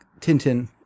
Tintin